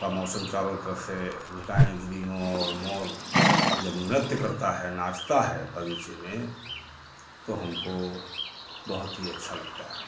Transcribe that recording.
का मौसम चारों तरफ से लताएँ घिरी हो और मोर जब नृत्य करता है नाचता है जब बगीचे में तो हमको बहुत ही अच्छा लगता है